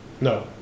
No